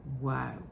Wow